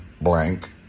blank